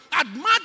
admire